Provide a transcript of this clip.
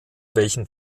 welchem